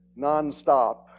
nonstop